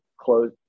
close